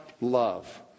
love